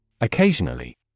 Occasionally